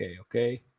okay